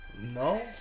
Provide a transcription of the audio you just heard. No